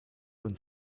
und